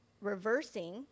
reversing